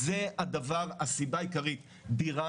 תודה רבה, יורי.